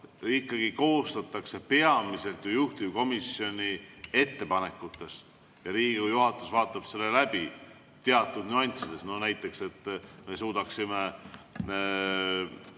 ikkagi koostatakse peamiselt juhtivkomisjonide ettepanekute põhjal. Riigikogu juhatus vaatab need läbi, teatud nüanssides, no näiteks, et me suudaksime